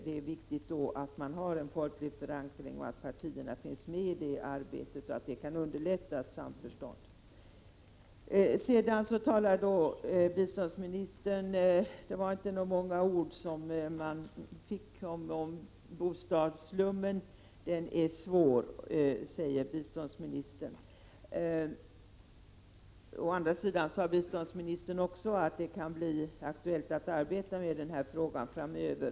Det är viktigt att man har en folklig förankring och att partierna finns med i det arbetet. Detta kan underlätta ett samförstånd. Biståndsministern hade inte många ord att säga om bostadsslummen. Hon erkände dock att frågan är svår och sade att det kan bli aktuellt att arbeta med denna fråga framöver.